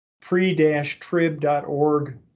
pre-trib.org